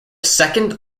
second